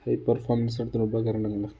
high performance നടത്തുന്ന ഉപകരണങ്ങൾ